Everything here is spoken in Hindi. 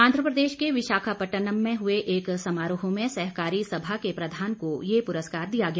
आंध्रप्रदेश के विशाखापट्नम में एक समारोह में सहकारी सभा के प्रधान को ये पुरस्कार दिया गया